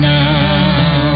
now